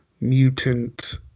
mutant